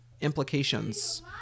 implications